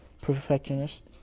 perfectionist